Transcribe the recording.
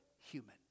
human